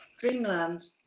dreamland